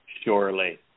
Surely